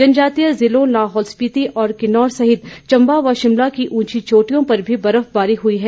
जनजातीय जिलों लाहौल स्पीति और किन्नौर सहित चंबा व शिमला की उंची चोटियों पर मी बर्फबारी हुई है